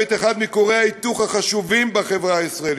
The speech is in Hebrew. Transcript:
את אחד מכורי ההיתוך החשובים בחברה הישראלית,